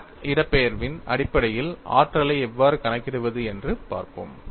crack இடப்பெயர்வின் அடிப்படையில் ஆற்றலை எவ்வாறு கணக்கிடுவது என்று பார்ப்போம்